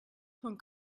von